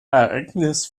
ereignis